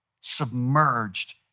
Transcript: submerged